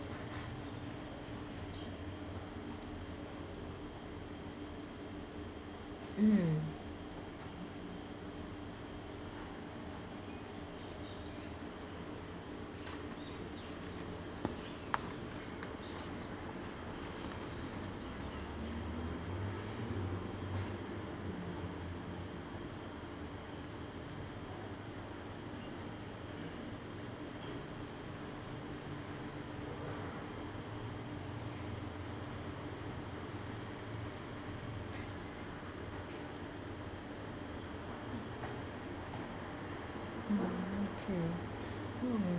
mm mm okay mm